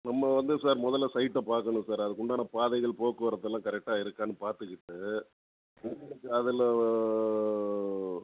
நம்ம வந்து சார் முதல்ல சைட்டை பார்க்கணும் சார் அதுக்கு உண்டான பாதைகள் போக்குவரத்து எல்லாம் கரெக்டாக இருக்கான்னு பார்த்துக்கிட்டு அதில்